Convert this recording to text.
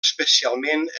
especialment